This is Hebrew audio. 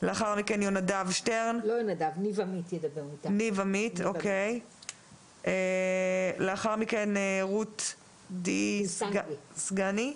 לאחר מכן ניב עמית, לאחר מכן רות די סגני,